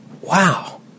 wow